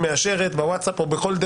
המקדמות, ואפשר אפילו לומר שמקלים על זה